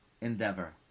endeavor